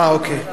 שלהם, אוקיי.